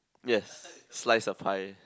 yes slice of pie